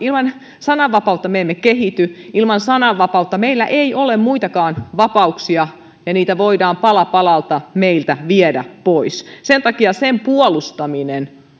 ilman sananvapautta me emme kehity ilman sananvapautta meillä ei ole muitakaan vapauksia ja niitä voidaan pala palalta meiltä viedä pois sen takia sen puolustaminen